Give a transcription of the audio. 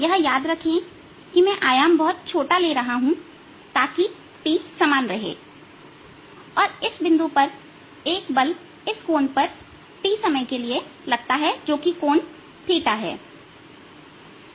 यह याद रखें कि मैं आयाम बहुत छोटा ले रहा हूं ताकि T समान रहे और इसलिए इस बिंदु पर एक बल इस कोण पर T समय के लिए लगता है जो कि कोण थीटाθहै